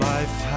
Life